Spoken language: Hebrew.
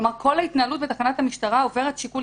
כלומר כל ההתנהלות בתחנת המשטרה עוברת שיקול